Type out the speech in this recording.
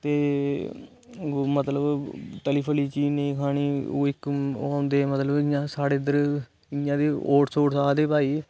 ते मतलब तली मली दी चीज नेई खानी ओह् इक ओह् होंदे मतलब इयां साढ़े उद्धर इयां ते ओह् रसो